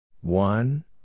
One